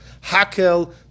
hakel